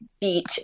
beat